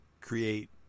create